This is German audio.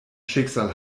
schicksal